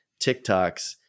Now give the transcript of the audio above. TikToks